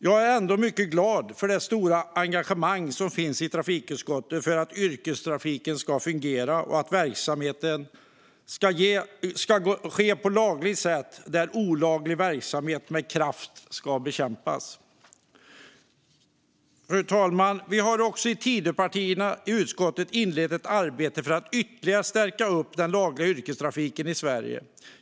Jag är ändå mycket glad för det stora engagemang som finns i trafikutskottet för att yrkestrafiken ska fungera och att verksamheten ska ske på ett lagligt sätt där olaglig verksamhet med kraft ska bekämpas. Fru talman! Tidöpartierna i utskottet har också inlett ett arbete för att ytterligare stärka upp den lagliga yrkestrafiken i Sverige.